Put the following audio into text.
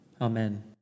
Amen